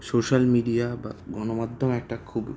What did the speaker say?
social media বা গণমাধ্যম একটা খুব